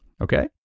Okay